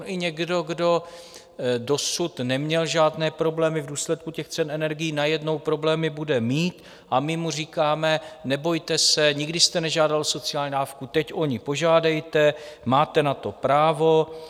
On i někdo, kdo dosud neměl žádné problémy v důsledku cen energií, najednou problémy bude mít, a my mu říkáme: Nebojte se, nikdy jste nežádal o sociální dávku, teď o ni požádejte, máte na to právo.